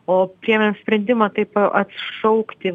o priėmėm sprendimą taip atšaukti